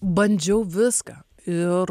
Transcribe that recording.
bandžiau viską ir